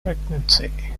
pregnancy